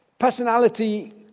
personality